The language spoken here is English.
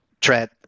tread